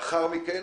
לאחר מכן